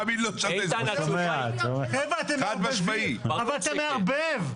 אבל אתה מערבב.